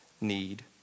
need